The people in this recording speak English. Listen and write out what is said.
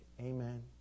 Amen